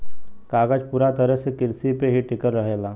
कागज पूरा तरह से किरसी पे ही टिकल रहेला